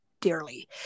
dearly